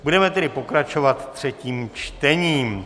Budeme tedy pokračovat třetím čtením.